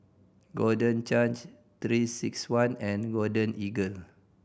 Golden Change Three Six One and Golden Eagle